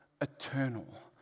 eternal